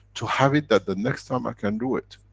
to have it, that the next time i can do it.